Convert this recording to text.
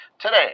today